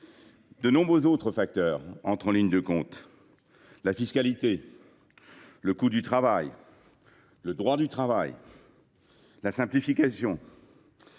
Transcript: De nombreux autres facteurs entrent en ligne de compte : la fiscalité, le coût et le droit du travail ou encore la simplification